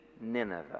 Nineveh